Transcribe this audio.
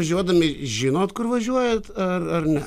važiuodami žinot kur važiuojat ar ne